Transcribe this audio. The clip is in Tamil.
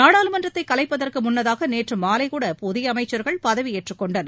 நாடாளுமன்றத்தைக் கலைப்பதற்கு முன்னதாக நேற்று மாலை கூட புதிய அமைச்சர்கள் பதவியேற்றுக் கொண்டனர்